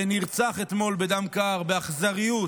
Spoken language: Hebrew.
שנרצח אתמול בדם קר, באכזריות